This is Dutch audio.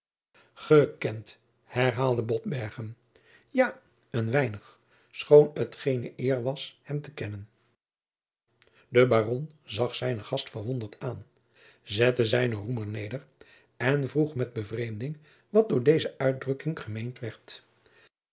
gekend gekend herhaalde botbergen ja een weinig schoon het geene eer was hem te kennen de baron zag zijnen gast verwonderd aan zette zijnen roemer neder en vroeg met bevreemding wat door deze uitdrukking gemeend